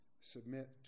submit